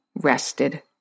rested